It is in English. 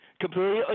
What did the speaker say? Completely